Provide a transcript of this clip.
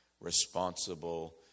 responsible